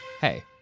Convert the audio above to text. Hey